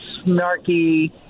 snarky